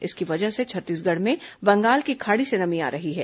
इसकी वजह से छत्तीसगढ़ में बंगाल की खाड़ी से नमी आ रही है